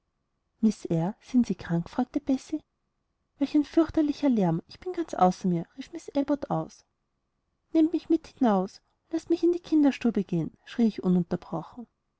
sind sie krank fragte bessie welch ein fürchterlicher lärm ich bin ganz außer mir rief abbot aus nehmt mich mit hinaus laßt mich in die kinderstube gehen schrie ich ununterbrochen